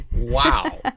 wow